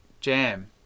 Jam